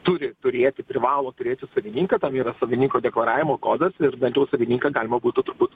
turi turėti privalo turėti savininką tam yra savininko deklaravimo kodas ir bent jau savininką galima būtų turbūt